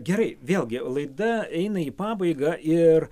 gerai vėlgi laida eina į pabaigą ir